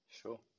sure